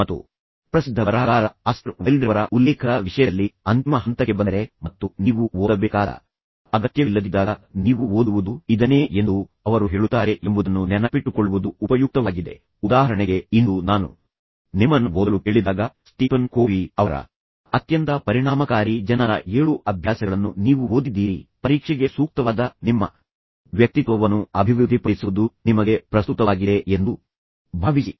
ಮತ್ತು ಪ್ರಸಿದ್ಧ ಬರಹಗಾರ ಆಸ್ಕರ್ ವೈಲ್ಡ್ರವರ ಉಲ್ಲೇಖದ ವಿಷಯದಲ್ಲಿ ಅಂತಿಮ ಹಂತಕ್ಕೆ ಬಂದರೆ ಮತ್ತು ನೀವು ಓದಬೇಕಾದ ಅಗತ್ಯವಿಲ್ಲದಿದ್ದಾಗ ನೀವು ಓದುವುದು ಇದನ್ನೇ ಎಂದು ಅವರು ಹೇಳುತ್ತಾರೆ ಎಂಬುದನ್ನು ನೆನಪಿಟ್ಟುಕೊಳ್ಳುವುದು ಉಪಯುಕ್ತವಾಗಿದೆ ಉದಾಹರಣೆಗೆ ಇಂದು ನಾನು ನಿಮ್ಮನ್ನು ಓದಲು ಕೇಳಿದಾಗ ಸ್ಟೀಫನ್ ಕೋವೀ ಅವರ ಅತ್ಯಂತ ಪರಿಣಾಮಕಾರಿ ಜನರ ಏಳು ಅಭ್ಯಾಸಗಳನ್ನು ನೀವು ಓದಿದ್ದೀರಿ ಪರೀಕ್ಷೆಗೆ ಸೂಕ್ತವಾದ ನಿಮ್ಮ ವ್ಯಕ್ತಿತ್ವವನ್ನು ಅಭಿವೃದ್ಧಿಪಡಿಸುವುದು ನಿಮಗೆ ಪ್ರಸ್ತುತವಾಗಿದೆ ಎಂದು ಭಾವಿಸಿ